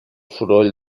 soroll